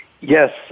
Yes